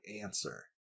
answer